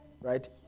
right